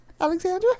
Alexandra